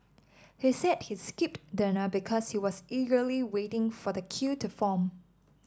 he said he skipped dinner because he was eagerly waiting for the queue to form